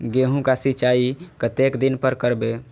गेहूं का सीचाई कतेक दिन पर करबे?